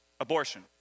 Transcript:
Abortion